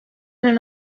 honen